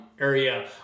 area